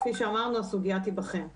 כפי שאמרנו, הסוגיה תיבחן מבחינתנו.